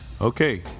Okay